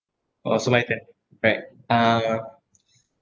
orh so my time right uh